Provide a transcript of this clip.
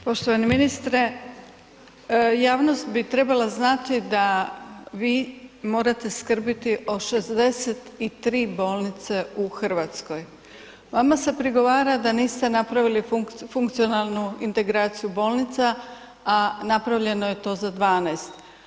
Poštovani ministre javnost bi trebala znati da vi morate skrbiti o 63 bolnice u Hrvatskoj, vama se prigovara da niste napravili funkcionalnu integraciju bolnica, a napravljeno je to za 12.